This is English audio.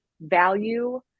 value